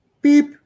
Beep